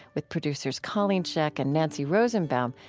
with producers colleen scheck and nancy rosenbaum.